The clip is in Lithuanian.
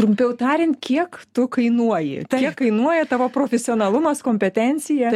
trumpiau tariant kiek tu kainuoji kiek kainuoja tavo profesionalumas kompetencija